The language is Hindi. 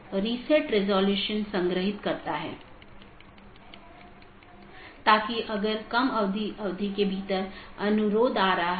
इसलिए यह महत्वपूर्ण है और मुश्किल है क्योंकि प्रत्येक AS के पास पथ मूल्यांकन के अपने स्वयं के मानदंड हैं